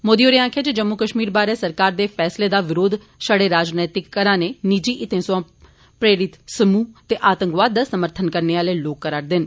मोदी होरें आक्खेआ जे जम्मू कश्मीर बारै सरकार दे फैसले दा विरोध छड़े राजनीति घराने निजी हितें सोआं प्रेरित समूह ते आतंकावद दा समर्थन करने आले करा रदे न